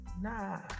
nah